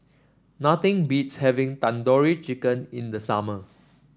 nothing beats having Tandoori Chicken in the summer